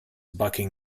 bucking